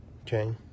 okay